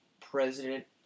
President